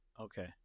Okay